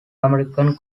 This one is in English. american